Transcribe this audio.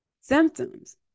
symptoms